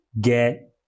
get